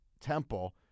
Temple